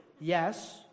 Yes